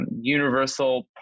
universal